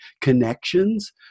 connections